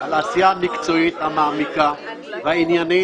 על העשייה המקצועית, המעמיקה והעניינית.